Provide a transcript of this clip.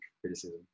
criticism